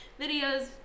videos